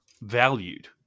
valued